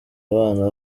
abana